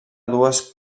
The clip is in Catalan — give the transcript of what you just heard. dues